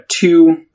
two